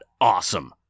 awesome